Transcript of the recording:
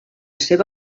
seva